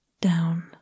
down